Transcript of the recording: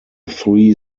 three